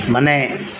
ಮನೆ